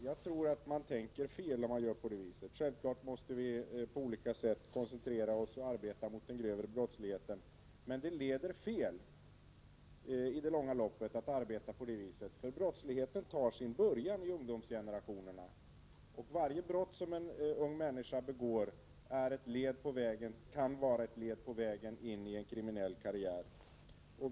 Jag tror att man tänker fel om man gör på det viset. ; Självfallet måste vi på olika sätt arbeta mot den grövre brottsligheten, men i det långa loppet leder det fel att arbeta på det viset — brottsligheten tar sin början i ungdomsgenerationerna. Varje brott som en ung människa begår kan vara ett steg på vägen in i en kriminell karriär.